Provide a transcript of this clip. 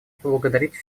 поблагодарить